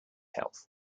health